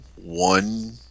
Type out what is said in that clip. one